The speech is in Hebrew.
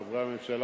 חברי הממשלה,